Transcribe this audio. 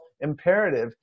imperative